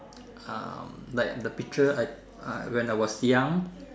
um like the picture I when I was young